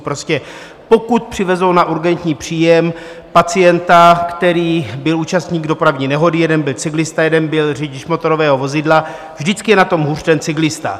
Prostě pokud přivezou na urgentní příjem pacienta, který byl účastník dopravní nehody, jeden byl cyklista, jeden byl řidič motorového vozidla, vždycky je na tom hůř ten cyklista.